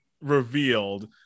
revealed